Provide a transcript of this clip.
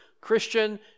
Christian